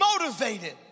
motivated